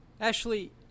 Ashley